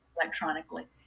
electronically